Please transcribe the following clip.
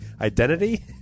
identity